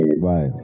Right